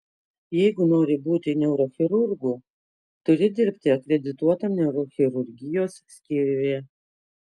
jeigu nori būti neurochirurgu turi dirbti akredituotam neurochirurgijos skyriuje